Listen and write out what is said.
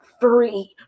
free